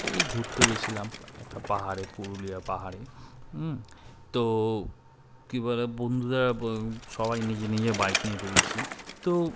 সেই ঘুরতে গেছিলাম একটা পাহাড়ে পুরুলিয়া পাহাড়ে তো কী বারে বন্ধুরদের সবাই নিজে নিজে বাইক নিয়ে বেরিয়েছি তো